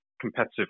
competitive